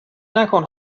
نکن